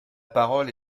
parole